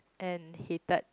and hated